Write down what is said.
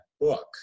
book